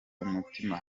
umutima